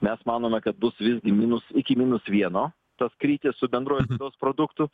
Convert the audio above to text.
mes manome kad bus visgi minus iki minus vieno tas krytis su bendru vidaus produktu